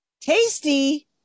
Tasty